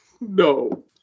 No